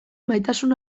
maitasun